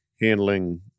handling